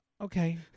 Okay